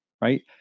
right